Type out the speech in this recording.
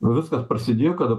viskas prasidėjo kada